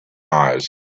eyes